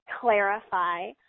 clarify